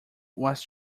was